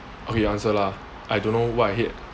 okay you answer lah I don't know what I hate